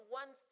one